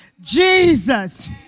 Jesus